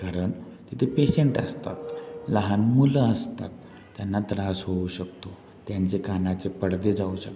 कारण तिथे पेशंट असतात लहान मुलं असतात त्यांना त्रास होऊ शकतो त्यांचे कानाचे पडदे जाऊ शकतात